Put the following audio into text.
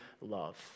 love